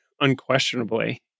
unquestionably